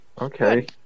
Okay